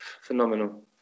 phenomenal